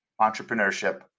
entrepreneurship